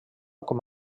com